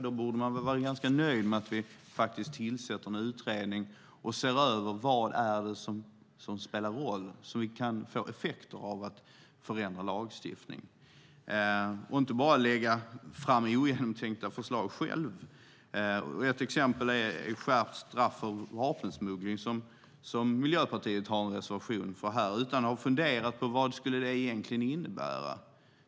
Då borde man vara ganska nöjd med att vi faktiskt tillsätter en utredning och ser över vad det är som spelar roll och som vi kan få effekter av genom att förändra lagstiftningen och inte bara lägga fram ogenomtänkta förslag själv. Ett exempel är skärpt straff för vapensmuggling som Miljöpartiet har en reservation om utan att ha funderat på vad det egentligen skulle innebära.